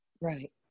Right